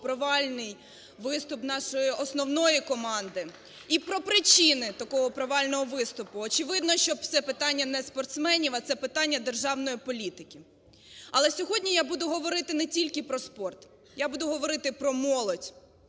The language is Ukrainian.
провальний виступ нашої основної команди і про причини такого провального виступу. Очевидно, що це питання не спортсменів, а це питання державної політики. Але сьогодні я буду говорити не тільки про спорт. Я буду говорити про молодь,